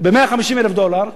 ב-150,000 דולר,